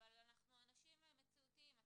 אבל אנחנו אנשים מציאותיים,